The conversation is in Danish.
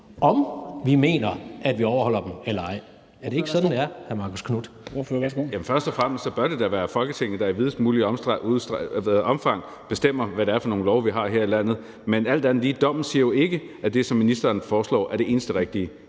(Henrik Dam Kristensen): Ordfører, værsgo. Kl. 14:25 Marcus Knuth (KF): Fremmest bør det da være Folketinget, der i videst muligt omfang bestemmer, hvad det er for nogle love, vi har her i landet. Men alt andet lige siger dommen jo ikke, at det, som ministeren foreslår, er det eneste rigtige.